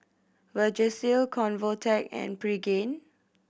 Vagisil Convatec and Pregain